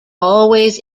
always